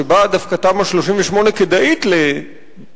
שבה דווקא תמ"א 38 כדאית לביצוע,